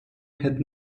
had